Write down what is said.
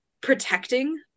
protecting